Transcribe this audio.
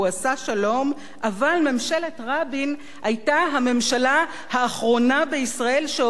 אבל ממשלת רבין היתה הממשלה האחרונה בישראל שהורידה את האי-שוויון.